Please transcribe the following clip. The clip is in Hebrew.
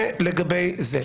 זה לגבי זה.